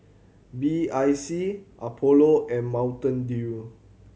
B I C Apollo and Mountain Dew